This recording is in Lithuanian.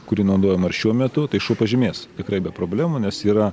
kuri naudojama ir šiuo metu tai šuo pažymės tikrai be problemų nes yra